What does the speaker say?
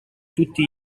tutti